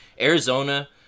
Arizona